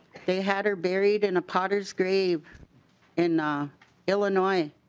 they had her buried in a potters grave in ah illinois